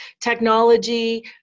technology